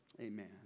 Amen